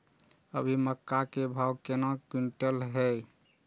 अभी मक्का के भाव केना क्विंटल हय?